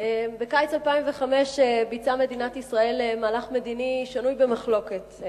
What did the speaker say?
בקיץ 2005 ביצעה מדינת ישראל מהלך מדיני שנוי במחלוקת: